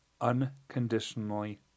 unconditionally